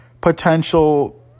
potential